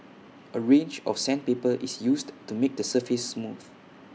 A range of sandpaper is used to make the surface smooth